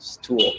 tool